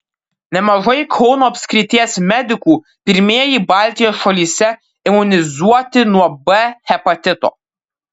nemažai kauno apskrities medikų pirmieji baltijos šalyse imunizuoti nuo b hepatito